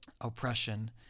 oppression